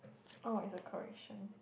oh it's a correction